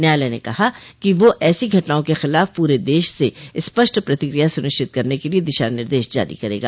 न्यायालय ने कहा कि वह ऐसीँ घटनाआं के खिलाफ पुरे देश से स्पष्ट प्रतिक्रिया सुनिश्चित करने के लिए दिशा निर्देश जारी करेगा